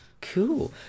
Cool